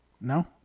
No